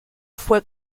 fue